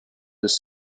his